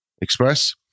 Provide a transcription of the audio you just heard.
Express